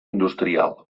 industrial